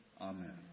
Amen